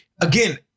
again